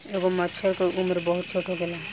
एगो मछर के उम्र बहुत छोट होखेला